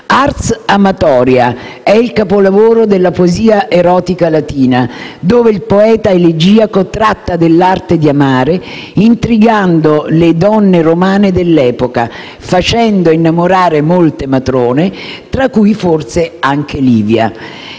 Ars amatoria è il capolavoro della poesia erotica latina, dove il poeta elegiaco tratta dell'arte di amare, intrigando le donne romane dell'epoca, facendo innamorare molte matrone, tra cui, forse, anche Livia.